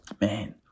Man